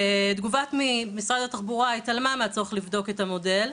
תגובת משרד התחבורה התעלמה מהצורך לבדוק את המודל.